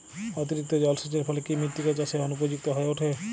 অতিরিক্ত জলসেচের ফলে কি মৃত্তিকা চাষের অনুপযুক্ত হয়ে ওঠে?